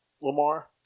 Lamar